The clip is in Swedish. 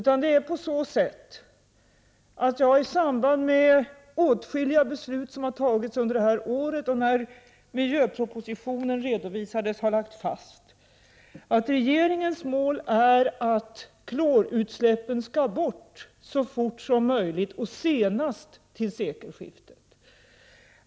Jag har i samband med att åtskilliga beslut har fattats under året, och när miljöpropositionen redovisades, lagt fast att regeringens mål är att klorutsläppen skall bort så fort som möjligt och senast till sekelskiftet.